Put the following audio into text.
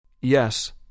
Yes